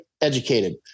educated